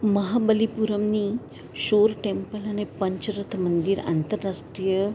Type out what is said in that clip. મહાબલીપુરમની shore temple અને પંચરત મંદિર આંતરરાષ્ટ્રિય